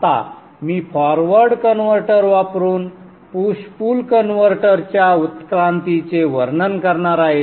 आता मी forward converter वापरून पुश पुल कन्व्हर्टरच्या उत्क्रांतीचे वर्णन करणार आहे